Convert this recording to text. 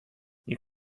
you